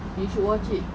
you should watch it